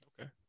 okay